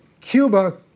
Cuba